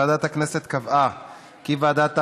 ועדת הכנסת קבעה כי ועדת העבודה,